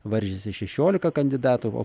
varžėsi šešiolika kandidatų o